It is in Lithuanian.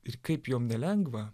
ir kaip jom nelengva